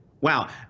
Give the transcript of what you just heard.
Wow